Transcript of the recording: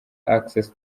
access